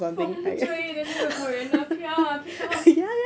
风吹 then 那个 coriander 飘啊飘